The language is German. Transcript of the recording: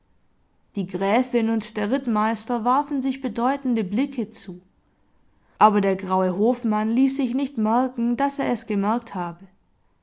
die gräfin und der rittmeister warfen sich bedeutende blicke zu aber der graue hofmann ließ sich nicht merken daß er es gemerkt habe